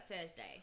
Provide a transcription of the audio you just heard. Thursday